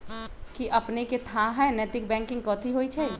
कि अपनेकेँ थाह हय नैतिक बैंकिंग कथि होइ छइ?